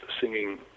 singing